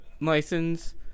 license